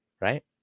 right